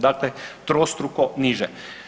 Dakle, trostruko niže.